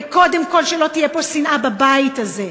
וקודם כול שלא תהיה פה שנאה בבית הזה.